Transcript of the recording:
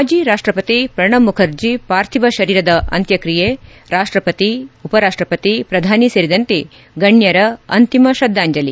ಮಾಜಿ ರಾಷ್ಟಪತಿ ಪ್ರಣಬ್ ಮುಖರ್ಜಿ ಪಾರ್ಥಿವ ಶರೀರದ ಅಂತ್ಯಕ್ರಿಯೆ ರಾಷ್ಟಪತಿ ಉಪರಾಷ್ಟಪತಿ ಪ್ರಧಾನಿ ಸೇರಿದಂತೆ ಗಣ್ಯರ ಅಂತಿಮ ಶ್ರದ್ದಾಂಜಲಿ